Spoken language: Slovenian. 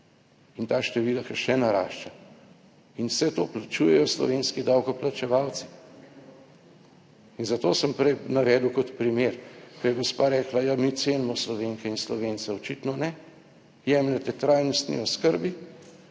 in ta številka še narašča. Vse to plačujejo slovenski davkoplačevalci. Zato sem prej navedel kot primer, ko je gospa rekla, ja, mi cenimo Slovenke in Slovence. Očitno ne. Jemljete trajnostni oskrbi